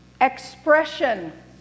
expression